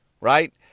Right